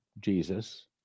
Jesus